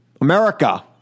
America